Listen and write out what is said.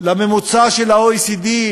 לממוצע של ה-OECD,